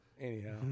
Anyhow